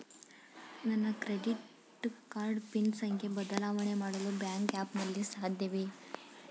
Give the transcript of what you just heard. ನನ್ನ credit card PIN ಸಂಖ್ಯೆ ಬದಲಾವಣೆ ಮಾಡಲು ಬ್ಯಾಂಕ್ ಆ್ಯಪ್ ನಲ್ಲಿ ಸಾಧ್ಯವೇ?